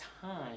time